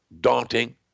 daunting